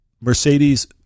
Mercedes